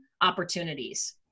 opportunities